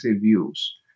views